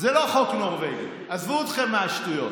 זה לא חוק נורבגי, עזבו אתכם מהשטויות,